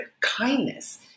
kindness